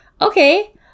okay